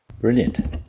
Brilliant